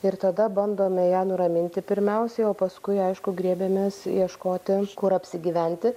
ir tada bandome ją nuraminti pirmiausiai o paskui aišku griebėmės ieškoti kur apsigyventi